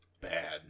bad